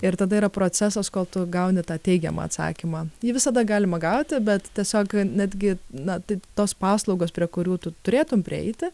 ir tada yra procesas kol tu gauni tą teigiamą atsakymą jį visada galima gauti bet tiesiog netgi na tai tos paslaugos prie kurių tu turėtum prieiti